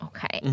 Okay